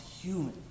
human